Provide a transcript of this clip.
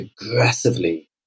aggressively